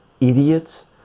idiots